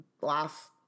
last